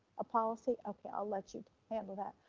a policy, okay. i'll let you handle that,